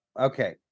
Okay